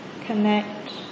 connect